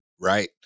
Right